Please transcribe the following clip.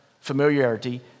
familiarity